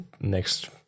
next